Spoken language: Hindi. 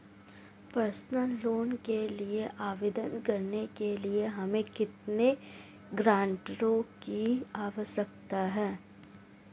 पर्सनल लोंन के लिए आवेदन करने के लिए हमें कितने गारंटरों की आवश्यकता है?